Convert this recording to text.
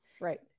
Right